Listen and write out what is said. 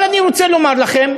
אבל אני רוצה לומר לכם